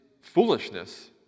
foolishness